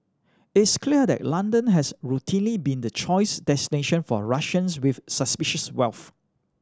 it is clear that London has routinely been the choice destination for Russians with suspicious wealth